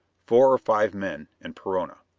four or five men, and perona.